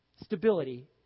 stability